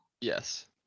Yes